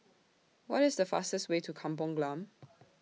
What IS The fastest Way to Kampung Glam